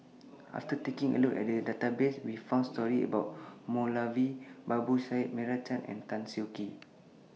after taking A Look At The Database We found stories about Moulavi Babu Sahib Meira Chand and Tan Siak Kew